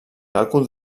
càlcul